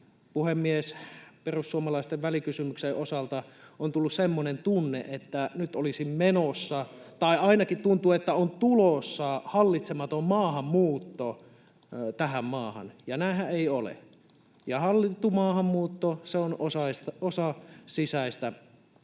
Puhemies! Perussuomalaisten välikysymyksen osalta on tullut semmoinen tunne, että nyt olisi menossa — tai ainakin tuntuu, että on tulossa — hallitsematon maahanmuutto tähän maahan, ja näinhän ei ole. Hallittu maahanmuutto on osa sisäistä turvallisuutta.